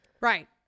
right